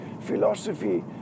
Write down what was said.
philosophy